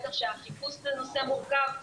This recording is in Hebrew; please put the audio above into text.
בטח שהחיפוש בנושא מורכב,